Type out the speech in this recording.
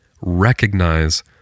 recognize